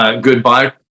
goodbye